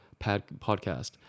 podcast